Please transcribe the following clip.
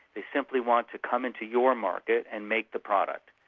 they simply want to come into your market and make the product.